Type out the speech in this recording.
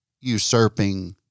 usurping